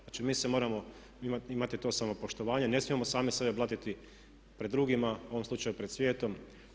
Znači, mi se moramo imati to samopoštovanje, ne smije sami sebe blatiti pred drugima, u ovom slučaju pred svijetom.